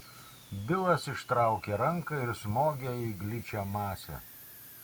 bilas ištraukė ranką ir smogė į gličią masę